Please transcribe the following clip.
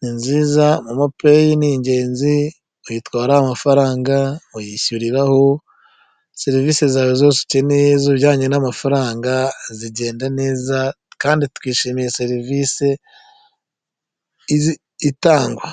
ni nziza, momo peyi ni ingenzi ntitwara amafaranga, uyishyuriraho serivisi zawe zose ukeneye z'ibijyanye n'amafaranga, zigenda neza, kandi twishimiye serivisi itangwa.